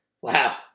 Wow